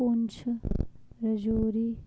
Poonch Rajouri